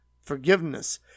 forgiveness